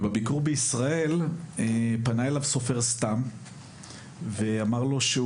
בביקור בישראל פנה אליו סופר סת"ם ואמר לו שהוא